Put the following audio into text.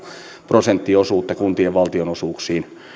prosenttiosuutta kuntien valtionosuuksiin